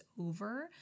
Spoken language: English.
over